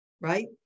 right